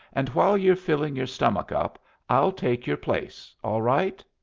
and while you're filling your stomach up i'll take your place, all right.